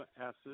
acid